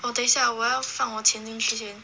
orh 等一下我要放我钱进去先